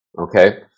Okay